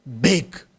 big